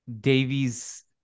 Davies